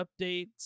updates